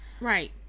Right